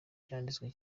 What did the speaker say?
cyanditswe